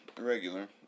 Regular